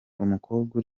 umukobwa